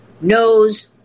knows